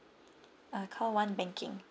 uh count one banking okay